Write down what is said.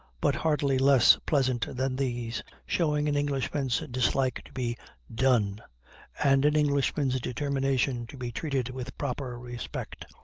but hardly less pleasant than these, showing an englishman's dislike to be done and an englishman's determination to be treated with proper respect,